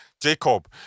Jacob